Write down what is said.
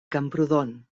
camprodon